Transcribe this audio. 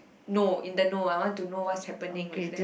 know in the know I want to know what's happening with them